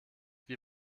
wie